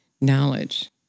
knowledge